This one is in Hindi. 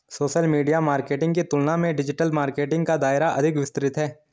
सोशल मीडिया मार्केटिंग की तुलना में डिजिटल मार्केटिंग का दायरा अधिक विस्तृत है